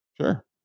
Sure